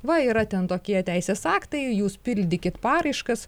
va yra ten tokie teisės aktai jūs pildykit paraiškas